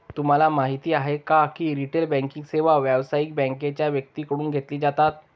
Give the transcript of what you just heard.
तुम्हाला माहिती आहे का की रिटेल बँकिंग सेवा व्यावसायिक बँकांच्या व्यक्तींकडून घेतली जातात